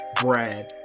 Brad